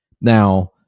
Now